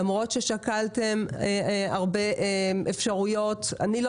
למרות ששקלתם הרבה אפשרויות, אני לא